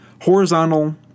horizontal